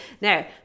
now